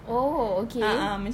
oh okay